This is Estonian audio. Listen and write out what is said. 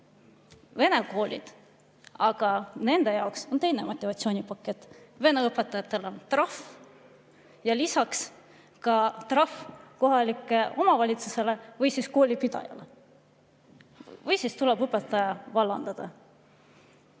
Vene koolide jaoks on teine motivatsioonipakett. Vene õpetajatele on trahv ja lisaks trahv kohalikule omavalitsusele või koolipidajale. Või siis tuleb õpetaja vallandada.